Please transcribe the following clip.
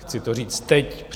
Chci to říct teď